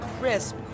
crisp